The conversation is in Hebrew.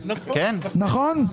נכון?